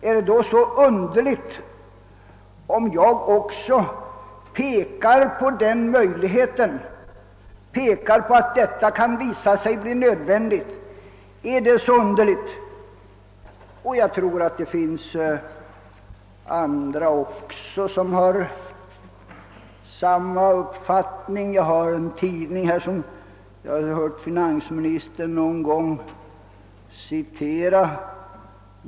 Är det då så underligt, om jag också pekar på den möjligheten, pekar på att detta kan visa sig bli nödvändigt? Jag tror att det också finns andra som har samma uppfattning. Jag har en tidning här, som jag har hört finansministern citera någon gång.